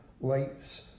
lights